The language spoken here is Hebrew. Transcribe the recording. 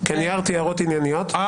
חברת הכנסת נעמה לזימי, אני